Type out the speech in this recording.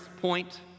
point